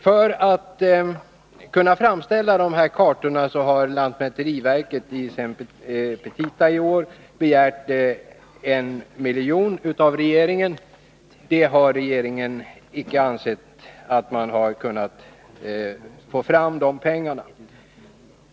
För att kunna framställa dessa kartor har lantmäteriverket i år i sin petita begärt 1 milj.kr. av regeringen. Regeringen har ansett att den icke kan få fram dessa pengar.